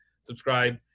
subscribe